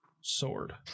sword